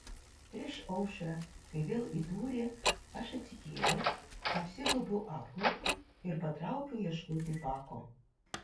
prieš aušrą kai vėl įdūrė aš atsikėliau apsigaubiau apklotu ir patraukiau ieškoti pako